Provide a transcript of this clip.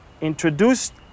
introduced